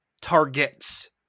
targets